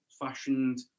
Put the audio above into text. fashioned